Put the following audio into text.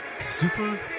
super